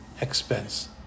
expense